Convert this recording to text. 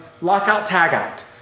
lockout-tagout